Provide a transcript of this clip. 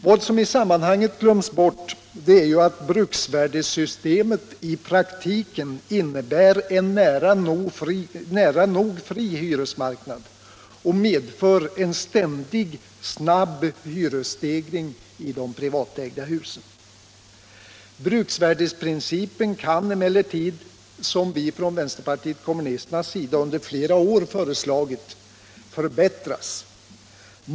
Vad som i sammanhanget glöms bort är att bruksvärdesystemet i praktiken innebär en nära nog fri hyresmarknad och medför en ständig, snabb hyresstegring i de privatägda husen. Bruksvärdesystemet kan emellertid, som vi från vänsterpartiet kommunisterna under flera år föreslagit, förbättras.